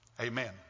amen